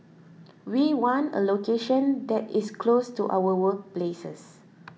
we want a location that is close to our workplaces